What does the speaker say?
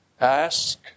ask